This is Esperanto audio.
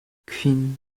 kvin